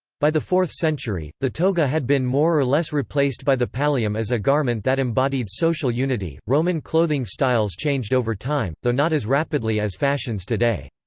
by the fourth century, the toga had been more or less replaced by the pallium as a garment that embodied social unity roman clothing styles changed over time, though not as rapidly as fashions today.